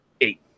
Eight